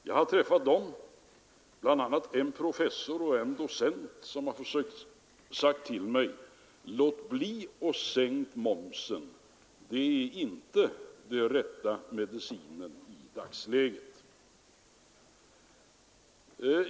Jag har träffat andra — bl.a. en professor och en docent — som har sagt till mig: Låt bli att sänka momsen! Det är inte den rätta medicinen i dagsläget.